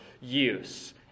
use